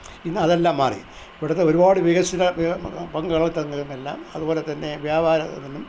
ഇന്നതെല്ലാം മാറി ഇവിടുത്തെ ഒരുപാട് വികസിത ക്രിയാത്മക പങ്കാളിത്തങ്ങളുമെല്ലാം അതുപോലെ തന്നെ വ്യാപാരത്തിനും